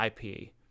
IP